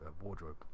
wardrobe